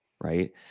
right